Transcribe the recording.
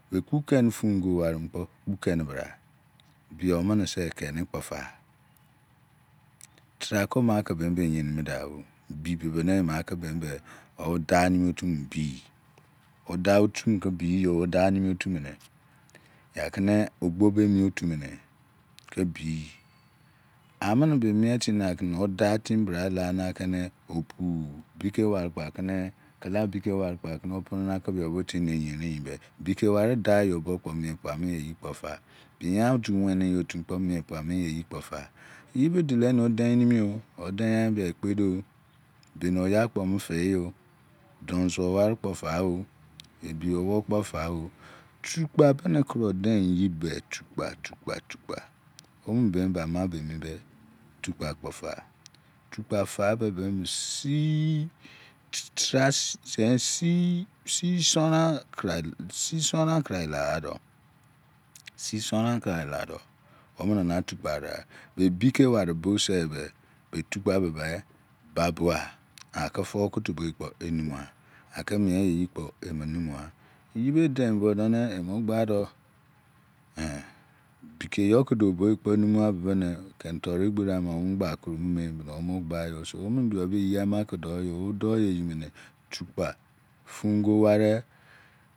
Be kpukeni fun-go-wari mini kpo kpukeni bra bio mini se keni kpo fa tra ko ma ki be mi be yeringi do i bi bibi ni e ma ki be mi be wo daw nemi otubo bi yi wo day otu mini ki biyi yo wo day nemi otu mini ya kini ogbe be emi otu mini ki biyi a mini be mie timi na kini wo day timi bra la ni aki ni opu bike mari kpo aki ni kala bike wari kpo aki o pri a kini o opri bio ba yerin yi be bike wari daa yo bo kpo mien yi kpo fa miyan otu weni eyi otu kpo mien pua mo eyi kpo fa eyibe dolo ni o dein nimi yo o dein gha ba wo e kpe do i beni oya kpa wo mo diyio don zuo wari kpo fao ebi owou kpo fao tukpa bine kuro deiin emi eye be tukpa tukpa tukpa omini be ama ba emi sii sonron a kurai laado sii sonron a kurai laado omini na tukpa ar ighan be bike warii boo se be be tukpa be ba bgha a aki fao ki tuboo yi kpo enemugha a aki mien ye yi kpo e numugha eyi be e dein bo de ni emo gba do bike yoo ki duo bo yi kpo numugha bibi ni keni toru egberi ama wo mo gbaa koro mo me beni wo mo gba yi so wo mini bio be eyi ama ki dou yi wo don yo yi mini tukpa fun-go-wari